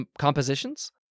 compositions